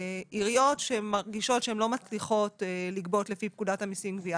עיריות שמרגישות שהן לא מצליחות לגבות לפי פקודת המיסים (גבייה),